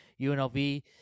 UNLV